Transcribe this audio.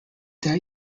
that